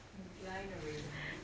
he blind already